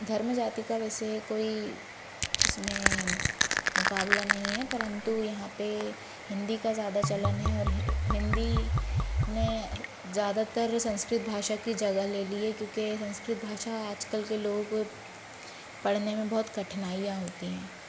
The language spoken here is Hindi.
धर्म जाति का वैसे कोई इसमें मुकाबला नहीं है परंतु यहाँ पे हिंदी का ज़्यादा चलन है और हिंदी ने ज़्यादातर संस्कृत भाषा की जगह ले ली है क्योंकि संस्कृत भाषा आजकल के लोगों को पढ़ने में बहुत कठिनाइयाँ होती हैं